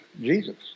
Jesus